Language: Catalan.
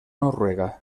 noruega